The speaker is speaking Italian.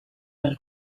per